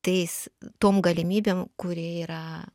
tais tom galimybėm kurie yra